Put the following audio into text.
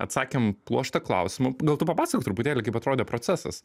atsakėm pluoštą klausimų gal tu papasakok truputėlį kaip atrodė procesas